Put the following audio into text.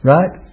Right